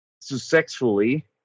successfully